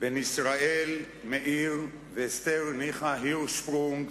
בן ישראל מאיר ואסתר ניחא הירשפרונג,